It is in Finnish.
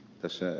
tässä ed